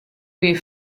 wie